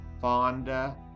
Fonda